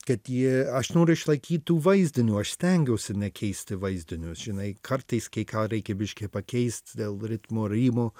kad jie aš noriu išlaikyt tų vaizdinių aš stengiuosi nekeisti vaizdinius žinai kartais kai ką reikia biškį pakeist dėl ritmo rimo